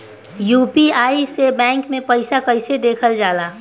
UPI से bank के पैसा कैसे देखल जाला?